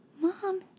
Mom